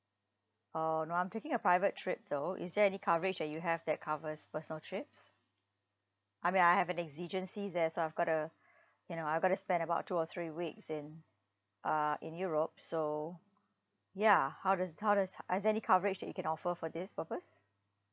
uh no I'm taking a private trip though is there any coverage that you have that covers personal trips I mean I have an exigency there so I've got to you know I've got to spend about two or three weeks in uh in europe so ya how does how does ho~ is there any coverage you can offer for this purpose